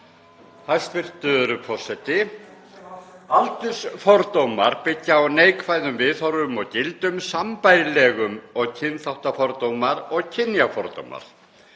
Hæstv. forseti. Aldursfordómar byggja á neikvæðum viðhorfum og gildum sambærilegum og kynþáttafordómar og kynjafordómar.